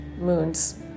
moons